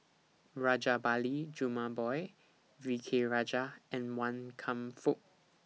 Rajabali Jumabhoy V K Rajah and Wan Kam Fook